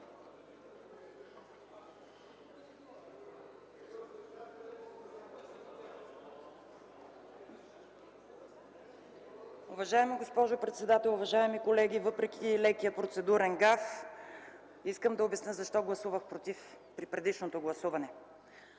въпреки лекия процедурен гаф, искам да обясня защо гласувах „против” при предишното гласуване.